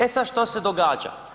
E sada što se događa?